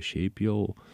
šiaip jau